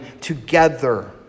together